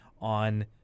on